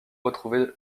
retrouver